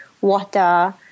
water